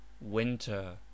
Winter